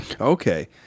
Okay